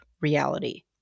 reality